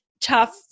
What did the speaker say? tough